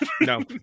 no